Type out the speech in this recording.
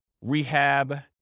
rehab